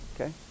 Okay